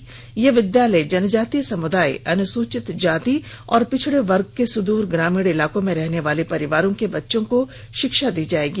इस विद्यालय में विद्यालय जनजातीय समुदाय अनुसूचित जाति और पिछड़े वर्ग के सुद्र ग्रामीण इलाकों में रहने वाले परिवारों के बच्चों को षिक्षा दी जायेगी